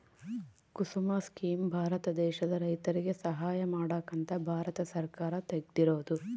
ಕುಸುಮ scheme Bharat ದೇಶದ ರೈತರಿಗೆ ಸಹಾಯ ಮಾಡಕ ಅಂತ ಭಾರತ ಸರ್ಕಾರ ತೆಗ್ದಿರೊದು